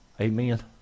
Amen